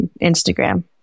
Instagram